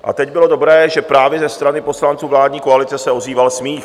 A teď bylo dobré, že právě ze strany poslanců vládní koalice se ozýval smích.